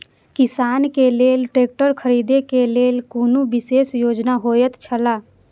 किसान के लेल ट्रैक्टर खरीदे के लेल कुनु विशेष योजना होयत छला?